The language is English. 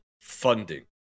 funding